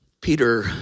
Peter